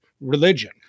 religion